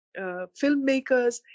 filmmakers